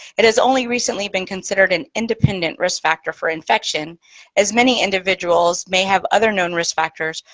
it has only recently been considered an independent risk factor for infection as many individuals may have other known risk factors,